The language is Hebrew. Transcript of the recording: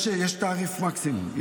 יש תעריף מקסימום.